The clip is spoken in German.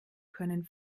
können